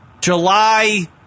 July